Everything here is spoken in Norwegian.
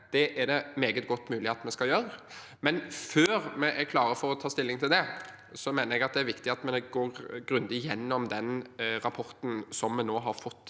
Det er det meget godt mulig at vi skal gjøre, men før vi er klare for å ta stilling til det, mener jeg det er viktig at vi går grundig gjennom den rapporten vi nå har fått